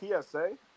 PSA